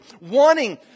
wanting